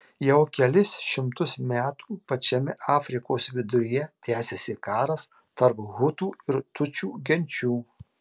jau kelis šimtus metų pačiame afrikos viduryje tęsiasi karas tarp hutų ir tutsių genčių